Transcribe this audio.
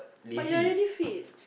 but you are already fit